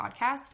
podcast